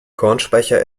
kornspeicher